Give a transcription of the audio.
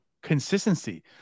consistency